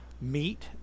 meet